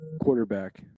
quarterback